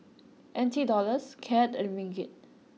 N T Dollars Cad and Ringgit